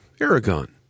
Aragon